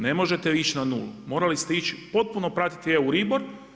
Ne možete ići na nulu, morali ste ići potpuno pratiti Euribor.